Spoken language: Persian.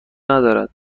ندارد